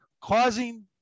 causing